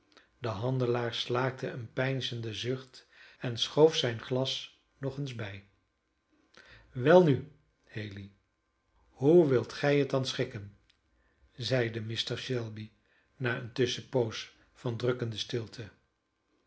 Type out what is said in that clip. de handelaar slaakte een peinzenden zucht en schoof zijn glas nog eens bij welnu haley hoe wilt gij het dan schikken zeide mr shelby na eene tusschenpoos van drukkende stilte